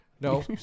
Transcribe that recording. no